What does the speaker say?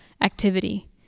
activity